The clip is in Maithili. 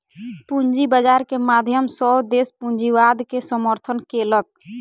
पूंजी बाजार के माध्यम सॅ देस पूंजीवाद के समर्थन केलक